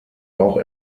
auch